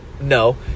No